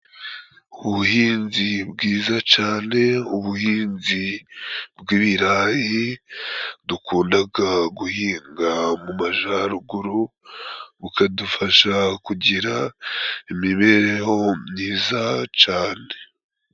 Ubuhinzi bwiza cane ubuhinzi bw'ibirayi, dukundaga guhinga mu majaruguru, bukadufasha kugira imibereho myiza cane.